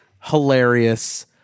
hilarious